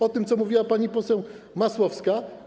O tym mówiła pani poseł Masłowska.